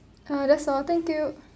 ah that's all thank you